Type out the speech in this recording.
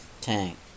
tank